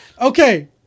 Okay